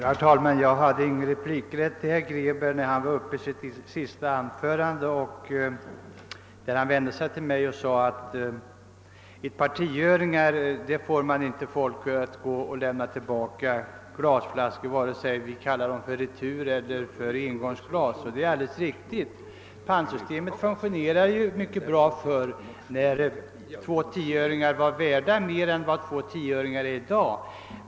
Herr talman! Jag hade inte replikrätt när herr Grebäck i sitt senaste anförande vände sig till mig och menade att med ett par tioöringar får vi inte folk att lämna tillbaka glasflaskor vare sig vi kallar dem returglas eller engängsglas. Det är alldeles riktigt. Pantsysiemet fungerade mycket bättre när två tioöringar var värda mer än de är i dag.